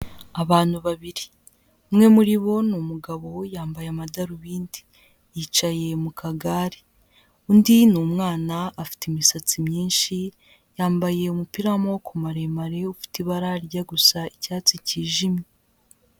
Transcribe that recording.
Abantu babiri, umwe muri bo ni umugabo yambaye amadarubindi, yicaye mu kagare, undi ni umwana afite imisatsi myinshi, yambaye umupira w'amaboko maremare ufite ibara rijya gusa icyatsi cyijimye.